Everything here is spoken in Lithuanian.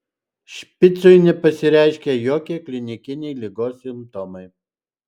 špicui nepasireiškė jokie klinikiniai ligos simptomai